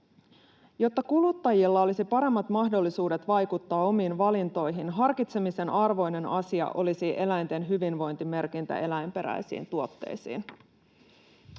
Jotta kuluttajilla olisi paremmat mahdollisuudet vaikuttaa omiin valintoihin, harkitsemisen arvoinen asia olisi eläinten hyvinvointimerkintä eläinperäisiin tuotteisiin.